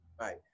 Right